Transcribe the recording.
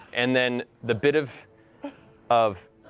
and then the bit of of